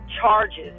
charges